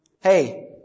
Hey